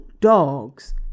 dogs